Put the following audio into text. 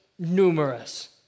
numerous